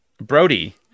Brody